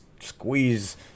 squeeze